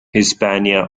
hispania